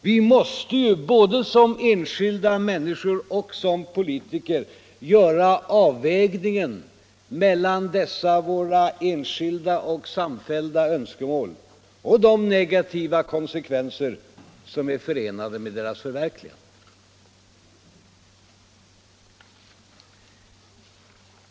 Vi måste både som enskilda människor och som politiker göra avvägningen mellan dessa enskilda och samfällda önskemål och de negativa konsekvenser som är förenade med deras förverkligande.